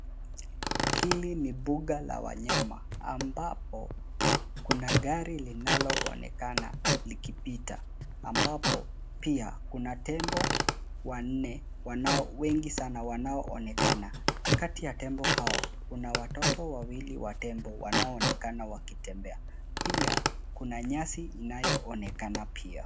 Hili ni bunga la wanyama ambapo kuna gari linaloonekana likipita, ambapo pia kuna tembo wanne wengi sana wanaoonekana. Kati ya tembo hao kuna watoto wawili wa tembo wanaoonekana wakitembea. Pia kuna nyasi inayoonekana pia.